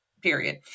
Period